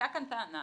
הייתה כאן טענה